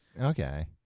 Okay